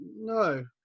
no